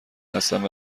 هستند